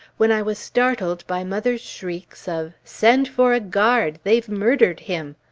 when i was startled by mother's shrieks of send for a guard they've murdered him!